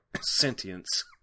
sentience